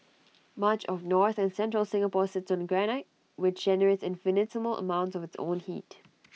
much of north and central Singapore sits on granite which generates infinitesimal amounts of its own heat